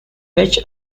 which